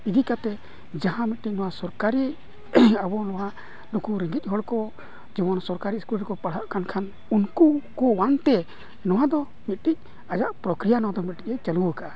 ᱤᱫᱤ ᱠᱟᱛᱮᱫ ᱡᱟᱦᱟᱸ ᱢᱤᱫᱴᱤᱡ ᱥᱚᱨᱠᱟᱨᱤ ᱟᱵᱚ ᱱᱚᱣᱟ ᱱᱩᱠᱩ ᱨᱮᱸᱜᱮᱡ ᱦᱚᱲ ᱠᱚ ᱡᱮᱢᱚᱱ ᱥᱚᱨᱠᱟᱨᱤ ᱥᱠᱩᱞ ᱨᱮᱠᱚ ᱯᱟᱲᱦᱟᱜ ᱠᱟᱱ ᱠᱷᱟᱱ ᱩᱱᱠᱩ ᱠᱚ ᱟᱱ ᱛᱮ ᱱᱚᱣᱟ ᱫᱚ ᱢᱤᱫᱴᱤᱡ ᱟᱭᱟᱜ ᱯᱨᱚᱠᱨᱤᱭᱟ ᱱᱚᱣᱟ ᱫᱚ ᱢᱤᱫᱴᱤᱡᱼᱮ ᱪᱟᱹᱞᱩ ᱠᱟᱜᱼᱟ